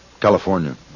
California